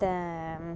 ते